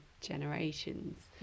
generations